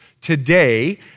today